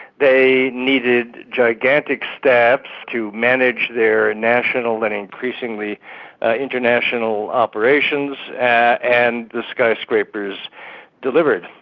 they needed gigantic staffs to manage their national and increasingly international operations and the skyscrapers delivered.